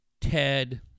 Ted